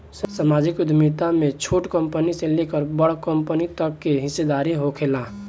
सामाजिक उद्यमिता में छोट कंपनी से लेकर बड़ कंपनी तक के हिस्सादारी होखेला